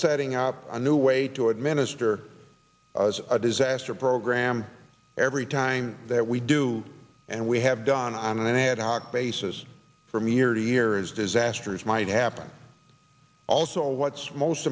setting up a new way to administer a disaster program every time that we do and we have done on an ad hoc basis from year to year is disasters might happen also what's most